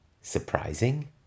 surprising